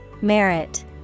Merit